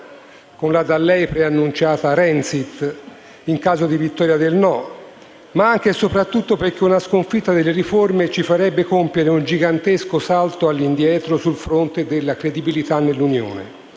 con la da lei preannunciata "Renzit" in caso di vittoria del no, ma anche e soprattutto perché una sconfitta delle riforme ci farebbe compiere un gigantesco salto all'indietro sul fronte della credibilità nell'Unione